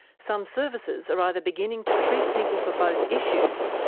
some services are either beginning to treat people for both issues,